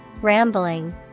Rambling